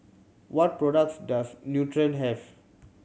what products does Nutren have